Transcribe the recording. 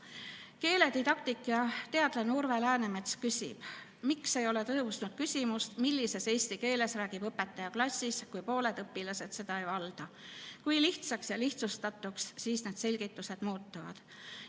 Keeledidaktik, teadlane Urve Läänemets küsib: miks ei ole tõusnud küsimus, millises eesti keeles räägib õpetaja klassis, kui pooled õpilased seda ei valda? Kui lihtsaks ja lihtsustatuks siis need selgitused muutuvad?